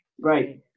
Right